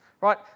right